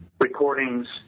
recordings